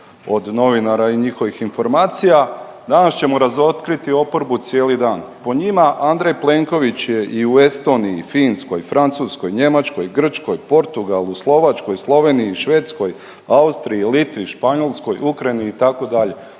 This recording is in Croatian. od novinara i njihovih informacija. Danas ćemo razotriti oporbu cijeli dan. Po njima, Andrej Plenković je i u Estoniji, Finskoj, Francuskoj, Njemačkoj, Grčkoj, Portugalu, Slovačkoj, Sloveniji, Švedskoj, Austriji, Litvi, Španjolskoj, Ukrajini, itd.,